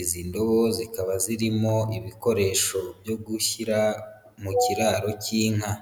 Izi ndobo zikaba zirimo ibikoresho byo gushyira mu kiraro cy'inka.